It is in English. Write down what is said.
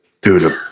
Dude